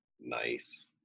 nice